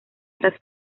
tras